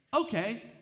okay